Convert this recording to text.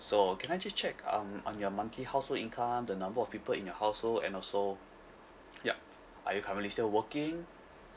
so can I just check um on your monthly household income the number of people in your household and also yup are you currently still working